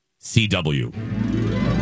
CW